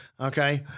Okay